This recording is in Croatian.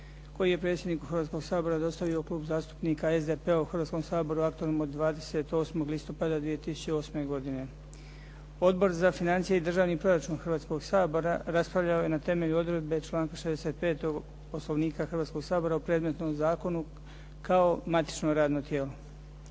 koji je predsjedniku Hrvatskoga sabora dostavio Klub zastupnika SDP-a u Hrvatskom saboru aktualnim od 28. listopada 2008. godine. Odbor za financije i državni proračun Hrvatskoga sabora raspravljao je na temelju odredbe članka 65. ovoga Poslovnika Hrvatskoga sabora o predmetnom zakonu kao matično radno tijelo.